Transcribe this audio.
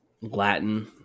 Latin